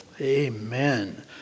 Amen